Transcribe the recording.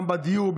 גם בדיור,